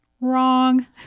Wrong